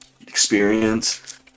experience